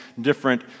different